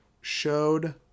showed